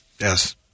Yes